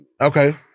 Okay